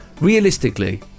realistically